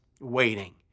waiting